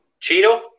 Cheeto